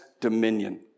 dominion